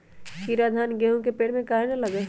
कीरा धान, गेहूं के पेड़ में काहे न लगे?